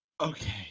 Okay